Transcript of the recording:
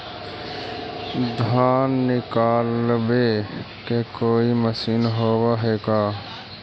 धान निकालबे के कोई मशीन होब है का?